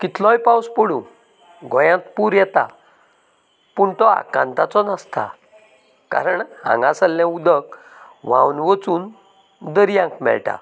कितलोय पावस पडूं गोंयाक पूर येता पूण तो आकांताचो नासता कारण हांगासरलें उदक व्हांवन वचून दर्यांक मेळटा